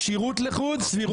כשירות לחוד, סבירות לחוד.